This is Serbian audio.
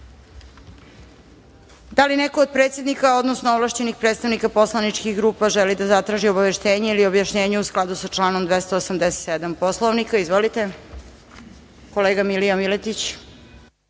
li neko od predsednika, odnosno ovlašćenih predstavnika poslaničkih grupa, želi da zatraži obaveštenje ili objašnjenje, u skladu sa članom 287. Poslovnika? Izvolite. Reč ima kolega Milija Miletić.